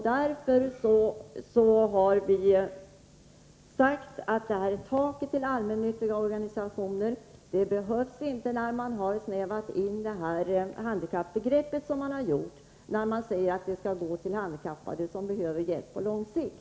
Därför har vi sagt att taket till allmännyttiga organisationer inte behövs när man nu snävat in handikappbegreppet på det sätt man gjort — man säger att stödet skall gå till handikappade som behöver hjälp på lång sikt.